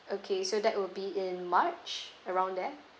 okay so that would be in march around there